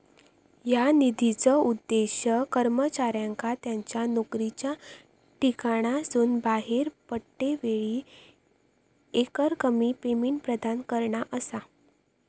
ह्या निधीचो उद्देश कर्मचाऱ्यांका त्यांच्या नोकरीच्या ठिकाणासून बाहेर पडतेवेळी एकरकमी पेमेंट प्रदान करणा असा